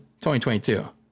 2022